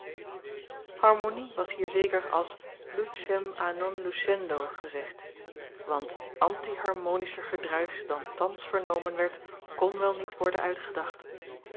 harmonie was hier zeker als lucem a non lucendo gezegd want antiharmonischer gedruis dan thans vernomen werd kon wel niet worden uitgedacht